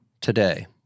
today